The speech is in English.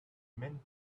mint